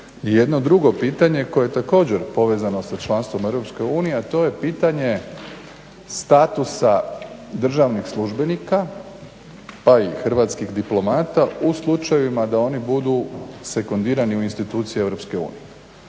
jedno drugo pitanje koje također povezano sa članstvom u Europskoj uniji a to je pitanje statusa državnih službenika pa i hrvatskih diplomata u slučajevima da oni budu sekundirani u institucije